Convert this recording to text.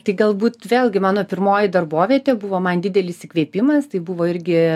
tai galbūt vėlgi mano pirmoji darbovietė buvo man didelis įkvėpimas tai buvo irgi